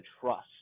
trust